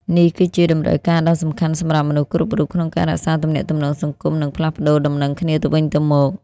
នេះគឺជា តម្រូវការដ៏សំខាន់សម្រាប់មនុស្សគ្រប់រូប ក្នុងការរក្សាទំនាក់ទំនងសង្គម និងផ្លាស់ប្តូរដំណឹងគ្នាទៅវិញទៅមក។